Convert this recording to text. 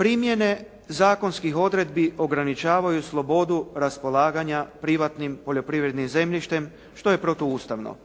Primjene zakonskih odredbi ograničavaju slobodu raspolaganja privatnim poljoprivrednim zemljištem što je protuustavno.